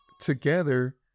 together